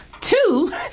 Two